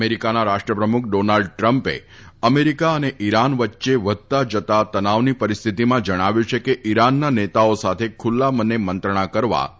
અમેરિકાના રાષ્ટ્રપ્રમુખ ડોનાલ્ડ ટ્રમ્પે અમેરિકા અને ઈરાન વચ્ચે વધતા જતા તનાવની પરિતેસ્થતિમાં જણાવ્યું છે કે ઈરાનના નેતાઓ સાથે ખુલ્લા મને મંત્રણા કરવા તેઓ તૈયાર છે